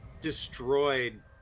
destroyed